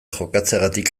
jokatzeagatik